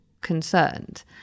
concerned